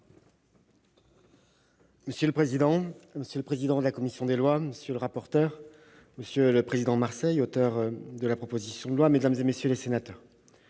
Monsieur le président, monsieur le président de la commission des lois, monsieur le rapporteur, monsieur le président Marseille, auteur de la proposition de loi, mesdames, messieurs les sénateurs,